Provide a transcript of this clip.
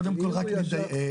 קודם כול רק כדי לדייק,